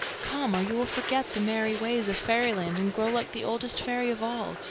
come, or you will forget the merry ways of fairyland and grow like the oldest fairy of all,